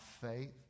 faith